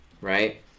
right